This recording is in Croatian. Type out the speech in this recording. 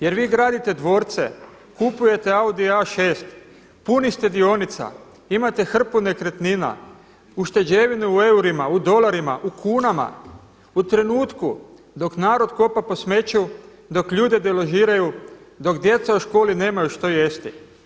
Jer vi gradite dvorce, kupujete Audije A6, puni ste dionica, imate hrpu nekretnina, ušteđevine u eurima, u dolarima, u kunama u trenutku dok narod kopa po smeću, dok ljude deložiraju, dok djeca u školi nemaju što jesti.